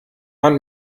man